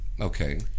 Okay